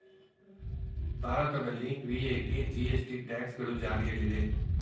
ಭಾರತದಲ್ಲಿ VAT, GST, tax ಗಳು ಜಾರಿಯಲ್ಲಿದೆ